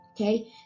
okay